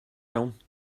iawn